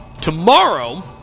tomorrow